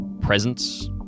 presence